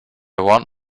want